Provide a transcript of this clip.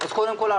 קודם כול,